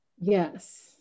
Yes